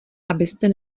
abyste